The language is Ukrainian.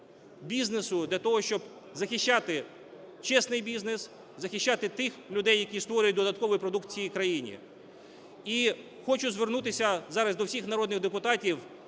бізнесу для того, щоб захищати чесний бізнес, захищати тих людей, які створюють додаткову продукцію країні. І хочу звернутися зараз до всіх народних депутатів